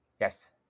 Yes